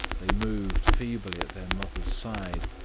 they moved feebly at their mother's side,